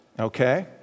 Okay